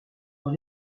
dans